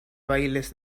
bailes